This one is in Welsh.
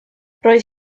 roedd